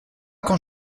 quand